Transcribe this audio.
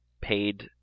paid